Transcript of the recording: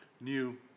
new